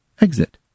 Exit